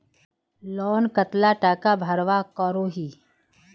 Loan कतला टाका भरवा करोही?